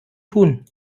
tun